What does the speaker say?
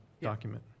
document